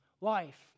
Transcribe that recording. life